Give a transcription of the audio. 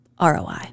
ROI